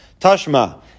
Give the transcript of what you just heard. Tashma